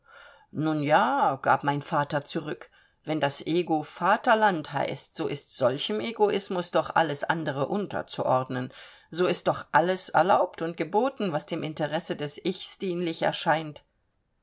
nun ja gab mein vater zurück wenn das ego vaterland heißt so ist solchem egoismus doch alles andere unterzuordnen so ist doch alles erlaubt und geboten was dem interesse dieses ichs dienlich erscheint